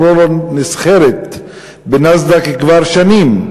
"פרולור" נסחרת בנאסד"ק כבר שנים.